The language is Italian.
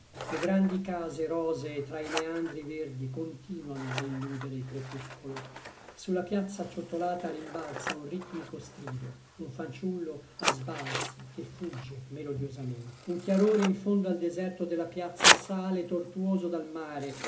le grandi case rosee tra i meandri verdi continuano a illudere il crepuscolo sulla piazza acciottolata rimbalza un ritmico strido un fanciullo a sbalzi che fugge melodiosamente un chiarore in fondo al deserto della piazza sale tortuoso dal mare